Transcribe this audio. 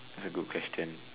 a good question